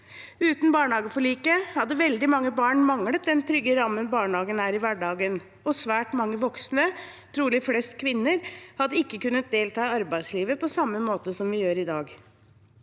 Uten barnehageforliket hadde veldig mange barn manglet den trygge rammen barnehagen er i hverdagen, og svært mange voksne, trolig flest kvinner, hadde ikke kunnet delta i arbeidslivet på samme måte som vi gjør i dag.